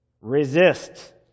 Resist